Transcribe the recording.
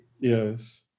Yes